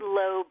low